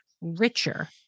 richer